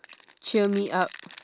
cheer me up